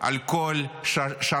על כל שרשרת